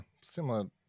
similar